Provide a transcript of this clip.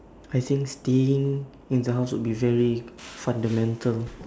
I think staying in the house would be very fundamental